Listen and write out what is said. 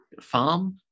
farm